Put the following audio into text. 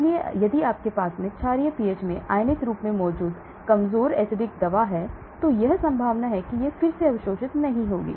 इसलिए यदि आपके पास क्षारीय पीएच में आयनित रूप में मौजूद कमजोर एसिडक दवा है तो संभावना है कि यह फिर से अवशोषित नहीं होगा